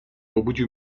obudził